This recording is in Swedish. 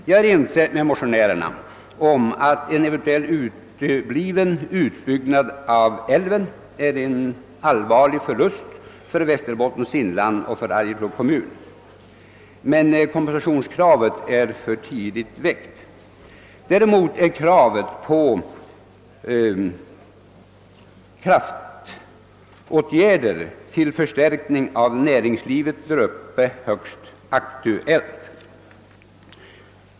Jag är ense med motionärerna om att en eventuellt utebliven utbyggnad av älven är en allvarlig förlust för Västerbottens inland och för Arjeplogs kommun, men kompensationskravet är för tidigt väckt. Däremot är kravet på kraftåtgärder till förstärkning av näringslivet däruppe högst aktuellt.